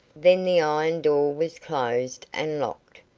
then the iron door was closed and locked,